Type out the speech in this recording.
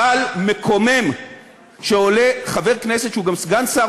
אבל מקומם שעולה חבר כנסת שהוא גם סגן שר